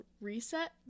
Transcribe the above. reset